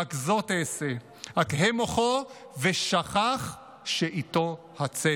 / רק זאת אעשה: אכהה מוחו / ושכח שאיתו הצדק.